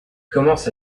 commence